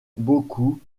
beaucoup